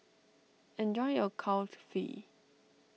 enjoy your Kulfi